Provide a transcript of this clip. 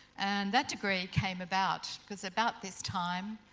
and that degree came about because about this time,